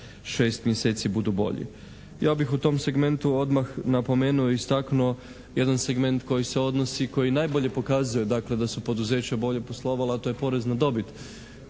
šest mjeseci budu bolji. Ja bih u tom segmentu odmah napomenuo i istaknuo jedan segment koji se odnosi i koji najbolje pokazuje dakle da su poduzeća bolje poslovala, a to je porez na dobit